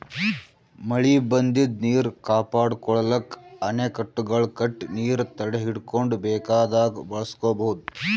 ಮಳಿ ಬಂದಿದ್ದ್ ನೀರ್ ಕಾಪಾಡ್ಕೊಳಕ್ಕ್ ಅಣೆಕಟ್ಟೆಗಳ್ ಕಟ್ಟಿ ನೀರ್ ತಡೆಹಿಡ್ಕೊಂಡ್ ಬೇಕಾದಾಗ್ ಬಳಸ್ಕೋಬಹುದ್